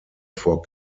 vor